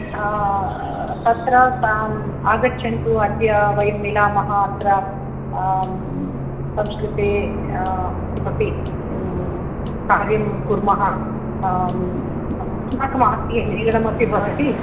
तत्र ताम् आगच्छन्तु अद्य वयं मिलामः अत्र संस्कृते किमपि कार्यं कुर्मः अस्माकम् आत्मीयमेलनमपि भवति